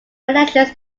elections